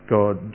God